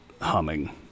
humming